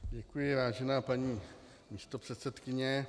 Děkuji, vážená paní místopředsedkyně.